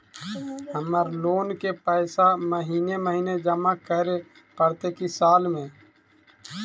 हमर लोन के पैसा महिने महिने जमा करे पड़तै कि साल में?